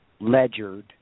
ledgered